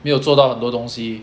没有做到很多东西